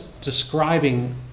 describing